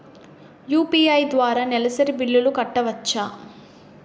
UPI ద్వారా నెలసరి బిల్లులు కట్టవచ్చా?